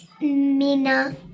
Mina